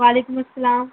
وعلیکم السلام